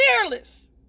fearless